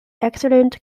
excellent